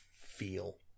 feel